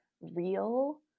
real